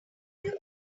value